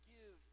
Give